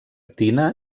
tina